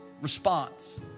response